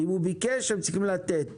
אם ביקש, צריכים לתת.